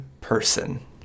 person